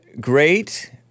Great